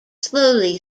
slowly